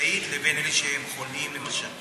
מבצעית לבין אלה שהם חולים, למשל.